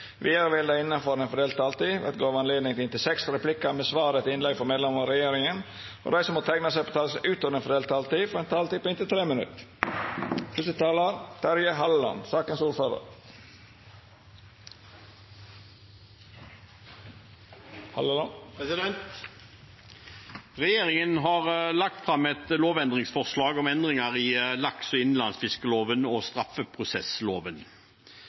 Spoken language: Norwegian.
Vidare vil det – innanfor den fordelte taletida – verte gjeve anledning til inntil seks replikkar med svar etter innlegg frå medlemer av regjeringa, og dei som måtte teikna seg på talarlista utover den fordelte taletida, får ei taletid på inntil 3 minutt. Regjeringen har lagt fram et lovendringsforslag om endringer i lakse- og innlandsfiskeloven og